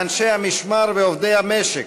לאנשי המשמר ולעובדי המשק.